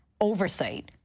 oversight